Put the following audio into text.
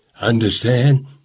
Understand